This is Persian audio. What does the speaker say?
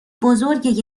بزرگ